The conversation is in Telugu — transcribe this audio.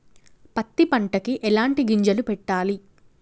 పత్తి పంటకి ఎలాంటి గింజలు పెట్టాలి?